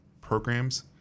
programs